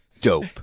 Dope